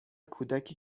کودکی